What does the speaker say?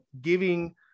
giving